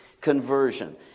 Conversion